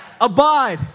Abide